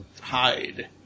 hide